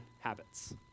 habits